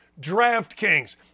DraftKings